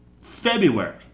February